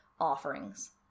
offerings